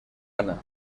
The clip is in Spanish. ana